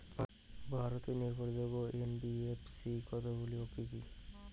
ভারতের নির্ভরযোগ্য এন.বি.এফ.সি কতগুলি কি কি?